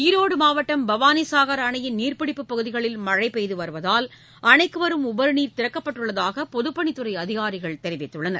ஈரோடு மாவட்டம் பவாளிசாகர் அணையின் நீர்ப்பிடிப்பு பகுதிகளில் மழை பெய்துவருவதால் அணைக்கு வரும் உபரி நீர் திறக்கப்பட்டுள்ளதாக பொதுப்பணித்துறை அதிகாரிகள் தெரிவித்துள்ளனர்